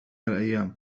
الأيام